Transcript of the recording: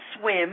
swim